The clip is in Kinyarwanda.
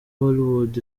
hollywood